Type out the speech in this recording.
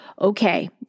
okay